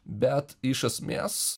bet iš esmės